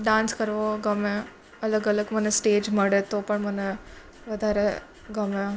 dance કરવો ગમે અલગ અલગ મને સ્ટેજ મળે તો પણ મને વધારે ગમે